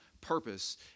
purpose